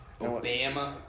Obama